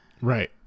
Right